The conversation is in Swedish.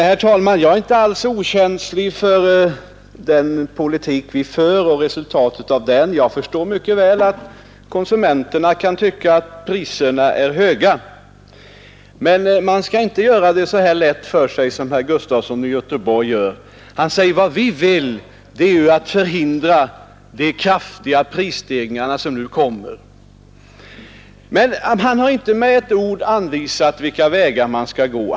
Herr talman! Jag är inte alls okänslig för den politik vi för och resultatet av den; jag förstår mycket väl att konsumenterna kan tycka att priserna är höga. Men man skall inte göra det så lätt för sig som herr Gustafson i Göteborg här gör. Han säger: Vad vi vill är att förhindra de kraftiga prisstegringarna som nu kommer. Han har emellertid inte med ett enda ord anvisat vilka vägar man skall gå.